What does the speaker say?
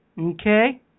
Okay